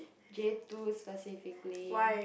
J two specifically